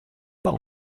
pas